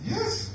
Yes